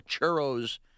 churros